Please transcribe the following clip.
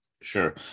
sure